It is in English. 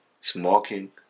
smoking